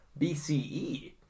BCE